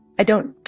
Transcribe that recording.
i don't